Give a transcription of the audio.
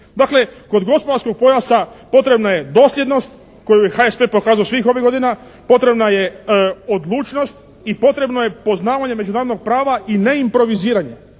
Dakle kod gospodarskog pojasa potrebna je dosljednost koju je HSP pokazao svih ovih godina. Potrebna je odlučnost i potrebno je poznavanje međunarodnog prava i neimproviziranje.